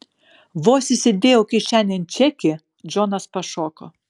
vos įsidėjau kišenėn čekį džonas pašoko